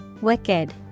Wicked